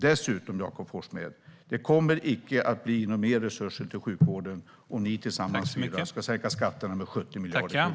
Det kommer inte mer resurser, Jakob Forssmed, till sjukvården om ni tillsammans ska sänka skatterna med 70 miljarder kronor.